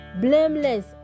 blameless